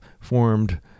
formed